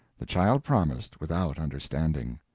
the child promised, without understanding.